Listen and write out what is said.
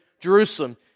Jerusalem